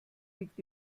liegt